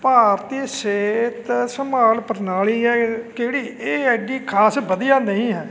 ਭਾਰਤੀ ਸਿਹਤ ਸੰਭਾਲ ਪ੍ਰਣਾਲੀ ਆ ਕਿਹੜੀ ਇਹ ਐਡੀ ਖਾਸ ਵਧੀਆ ਨਹੀਂ ਹੈ